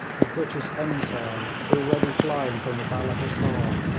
the british ensign already flying from the balla hissar,